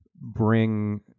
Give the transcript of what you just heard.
bring